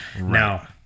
Now